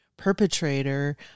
perpetrator